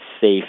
safe